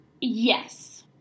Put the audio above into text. Yes